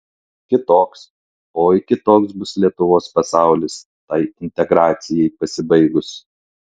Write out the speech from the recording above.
kitoks oi kitoks bus lietuvos pasaulis tai integracijai pasibaigus